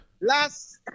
last